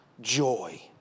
joy